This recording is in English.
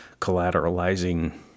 collateralizing